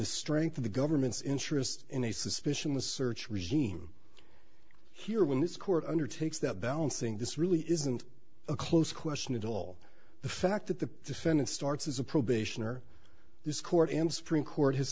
the strength of the government's interest in a suspicion the search regime here when this court undertakes that balancing this really isn't a close question at all the fact that the defendant starts as a probationer this court and supreme court has